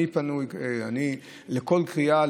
אני פנוי לכל קריאה,